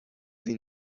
این